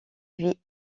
vit